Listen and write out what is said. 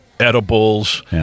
edibles